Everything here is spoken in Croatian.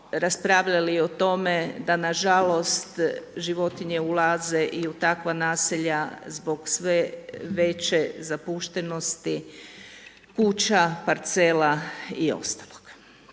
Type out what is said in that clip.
raspravljali i o tome da nažalost životinje ulaze i u takva naselja zbog sve veće zapuštenosti kuća, parcela i ostalog.